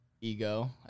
ego